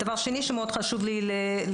דבר שני שחשוב לי מאוד להגיד,